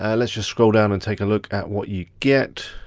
ah let's just scroll down and take a look at what you get.